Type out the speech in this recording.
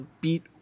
beat